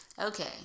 Okay